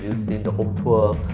you seen the home tour,